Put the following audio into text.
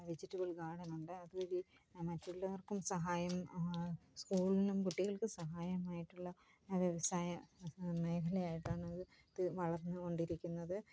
vegetable ഗാര്ഡനുണ്ട് അതുവഴി മറ്റുള്ളവര്ക്കും സഹായം സ്കൂളിനും കുട്ടികള്ക്കും സഹായമായിട്ടുള്ള വ്യവസായ മേഖലയായിട്ടാണ് അത് വളര്ന്നുകൊണ്ടിരിക്കുന്നത്